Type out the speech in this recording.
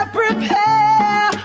prepare